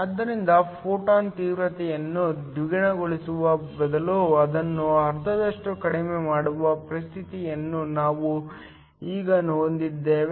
ಆದ್ದರಿಂದ ಫೋಟಾನ್ ತೀವ್ರತೆಯನ್ನು ದ್ವಿಗುಣಗೊಳಿಸುವ ಬದಲು ಅದನ್ನು ಅರ್ಧದಷ್ಟು ಕಡಿಮೆ ಮಾಡುವ ಪರಿಸ್ಥಿತಿಯನ್ನು ನಾವು ಈಗ ಹೊಂದಿದ್ದೇವೆ